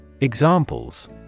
Examples